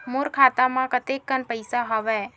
मोर खाता म कतेकन पईसा हवय?